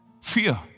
Fear